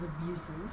abusive